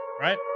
right